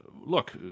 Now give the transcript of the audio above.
look